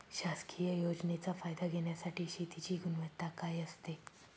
शासकीय योजनेचा फायदा घेण्यासाठी शेतीची गुणवत्ता काय असते?